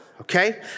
Okay